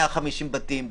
150 בתים,